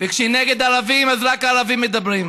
למה אתה אומר סתם,